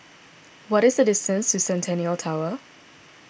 what is the distance to Centennial Tower